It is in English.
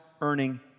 earning